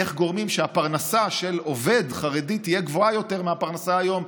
איך גורמים שהפרנסה של עובד חרדי תהיה גבוהה יותר מהפרנסה היום.